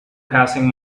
passing